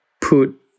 put